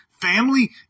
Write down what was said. Family